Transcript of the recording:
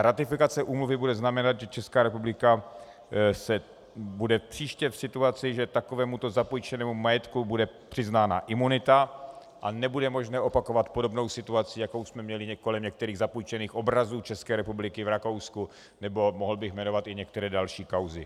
Ratifikace úmluvy bude znamenat, že Česká republika se bude příště v situaci, že takovému zapůjčenému majetku bude přiznána imunita, a nebude možné opakovat podobnou situaci, jakou jsme měli kolem některých zapůjčených obrazů České republiky v Rakousku, nebo bych mohl jmenovat i některé další kauzy.